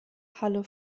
halle